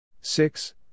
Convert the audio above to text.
six